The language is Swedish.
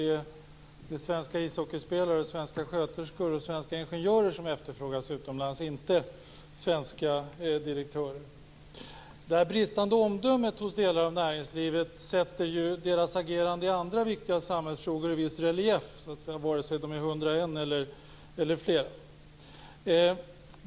Det är svenska ishockeyspelare, svenska sköterskor och svenska ingenjörer som efterfrågas utomlands och inte svenska direktörer. Det bristande omdömet hos delar av näringslivet sätter deras agerande i andra samhällsfrågor i viss relief, vare sig de är 101 direktörer eller fler.